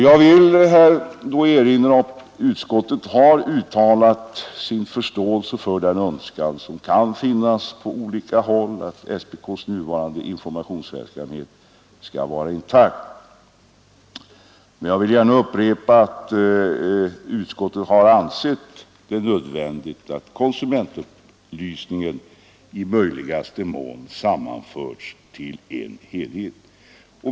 Jag vill erinra om att utskottet har uttalat sin förståelse för den önskan som kan finnas på olika håll att SPK:s nuvarande informationsverksamhet skall vara intakt. Men jag vill gärna upprepa att utskottet har ansett det nödvändigt att konsumentupplysningen i möjligaste mån sammanförs till en enhet.